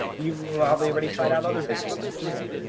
and you've probably already tried out other businesses before.